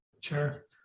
Sure